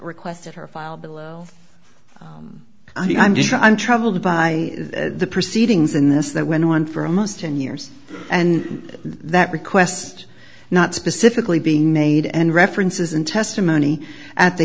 requested her file but i'm just i'm troubled by the proceedings in this that went on for almost ten years and that request not specifically being made and references in testimony at the